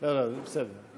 לא לא, זה בסדר.